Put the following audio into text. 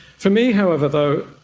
for me however though,